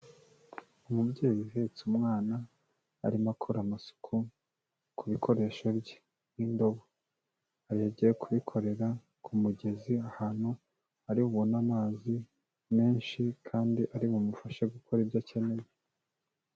Umubyeyi uhetse umwana, arimo akora amasuku, ku bikoresho bye nk'indobo. Yagiye kubikorera ku mugezi, ahantu ari bubone amazi menshi, kandi ari bumufashe gukora ibyo akeneye.